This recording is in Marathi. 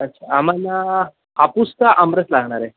अच्छा आम्हाला हापूसचा आमरस लागणार आहे